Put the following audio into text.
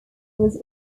was